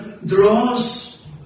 Draws